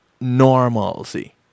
normalcy